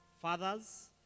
Fathers